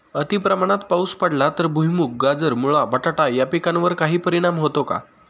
अतिप्रमाणात पाऊस पडला तर भुईमूग, गाजर, मुळा, बटाटा या पिकांवर काही परिणाम होतो का?